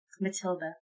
Matilda